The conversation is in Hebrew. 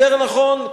יותר נכון,